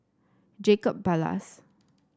Jacob Ballas